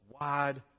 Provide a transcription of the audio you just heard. wide